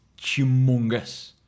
humongous